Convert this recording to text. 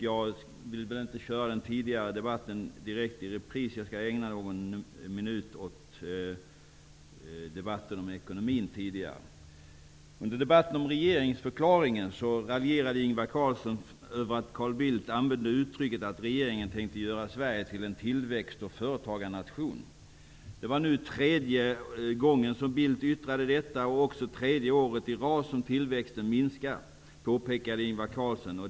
Jag vill inte köra den tidigare debatten i repris, men jag skall bara ägna någon minut åt debatten om ekonomin. Under debatten om regeringsförklaringen raljerade Ingvar Carlsson över att Carl Bildt använde uttrycket att regeringen tänkte göra Sverige till en tillväxt och företagarnation. Det var nu tredje gången som Carl Bildt yttrade detta, och det var tredje året i rad som tillväxten minskar, påpekade Ingvar Carlsson.